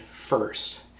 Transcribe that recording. first